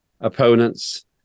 opponents